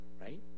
Right